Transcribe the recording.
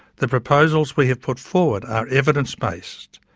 the proposal we have put forward are evidence-based,